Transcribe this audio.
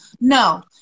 No